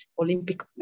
Olympic